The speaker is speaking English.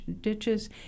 ditches